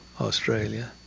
Australia